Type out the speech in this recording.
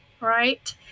right